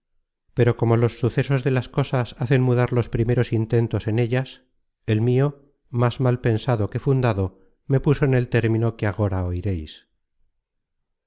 pero como los sucesos de las cosas hacen mudar los primeros intentos en ellas el mio más mal pensado que fundado me puso en el término que agora oireis